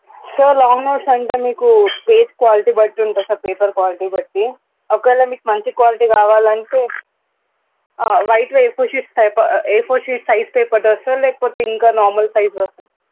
so long notes అంటే మీకు page quality బట్టి ఉంటుంది సార్ పేపర్ క్వాలిటీ బట్టి ఒకవేళ మీకు మంచి క్వాలిటీ కావాలంటే white A four sheets A four sheets size పేపర్దా సార్ లేకపోతే ఇంకా నార్మల్ సైజ్వా సార్